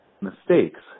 mistakes